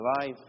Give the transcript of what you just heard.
life